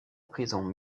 prison